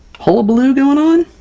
hullabaloo going on?